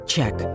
Check